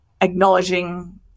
acknowledging